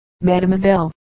Mademoiselle